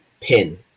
pin